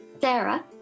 Sarah